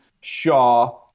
Shaw